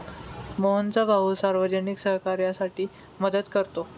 मोहनचा भाऊ सार्वजनिक सहकार्यासाठी मदत करतो